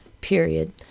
period